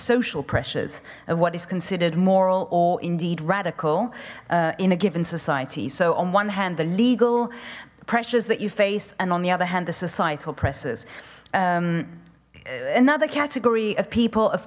social pressures and what is considered moral or indeed radical in a given society so on one hand the legal pressures that you face and on the other hand the societal presses another category of people of